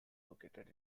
located